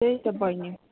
त्यही त बैनी